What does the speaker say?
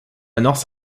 north